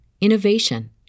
innovation